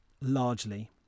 largely